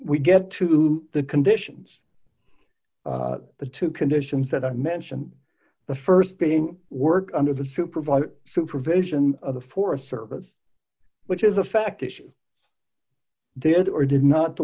we get to the conditions the two conditions that i mentioned the st being worked under the supervisor supervision of the forest service which is a fact issue did or did not the